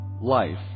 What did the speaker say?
life